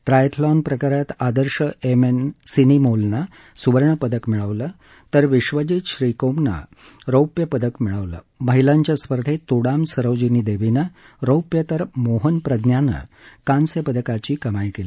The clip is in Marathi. ट्रायथलॉन प्रकारात आदर्श एम एन सिनिमोलने सुवर्णपदक मिळवलं तर विश्वजीत श्रीकोमने रौप्य पदक मिळवलं महिलांच्या स्पर्धेत तोडाम सरोजिनीदेवीने रौप्य तर मोहन प्रज्ञाने कांस्यपदकाची कमाई केली